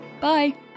Bye